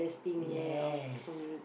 yes